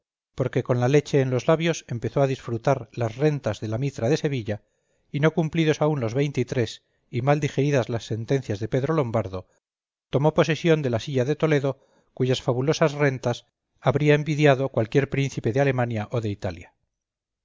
porque con la leche en los labios empezó a disfrutar las rentas de la mitra de sevilla y no cumplidos aún los y mal digeridas las sentencias de pedro lombardo tomó posesión de la silla de toledo cuyas fabulosas rentas habría envidiado cualquier príncipe de alemania o de italia